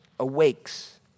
Awakes